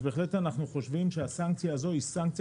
בהחלט אנחנו חושבים שהסנקציה הזאת היא סנקציה